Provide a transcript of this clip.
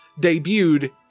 debuted